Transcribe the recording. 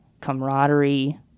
camaraderie